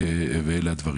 איזו קולה קרה,